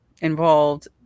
involved